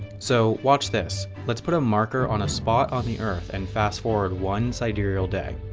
so, watch this. let's put a marker on a spot on the earth and fast forward one sidereal day.